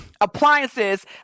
Appliances